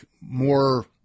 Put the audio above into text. more